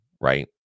right